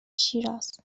شیراز